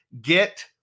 get